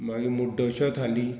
मागीर मुड्डोश्यो थाली